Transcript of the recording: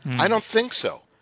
i don't think so.